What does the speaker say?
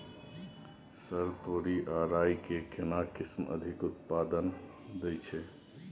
Sir तोरी आ राई के केना किस्म अधिक उत्पादन दैय छैय?